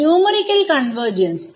numerical convergence